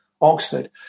oxford